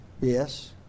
yes